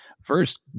first